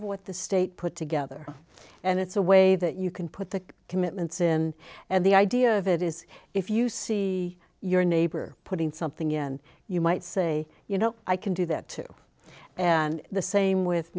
of what the state put together and it's a way that you can put the commitments in and the idea of it is if you see your neighbor putting something in you might say you know i can do that too and the same with